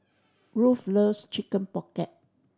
Ruth loves Chicken Pocket